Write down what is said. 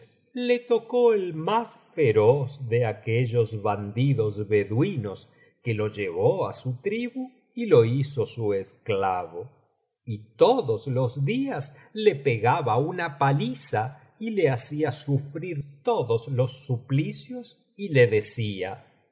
le tocó el más feroz de aquellos bandidos beduinos que lo llevó á su tribu y lo hizo su esclavo y todos los días le pegaba una paliza y le hacía sufrir todos los suplicios y le decía